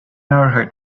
overhead